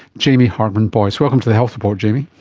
jamie hartmann-boyce. welcome to the health report jamie.